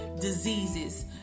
diseases